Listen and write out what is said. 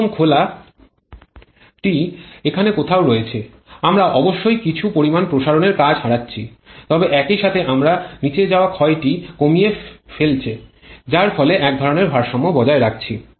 সর্বোত্তম খোলা টি এখানে কোথাও রয়েছে আমরা অবশ্যই কিছু পরিমাণ প্রসারণের কাজ হারাচ্ছি তবে একই সাথে আমরা নিচে যাওয়া ক্ষয়টি কমিয়ে ফেলেছি যার ফলে এক ধরণের ভারসাম্য বজায় রাখছি